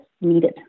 needed